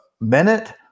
minute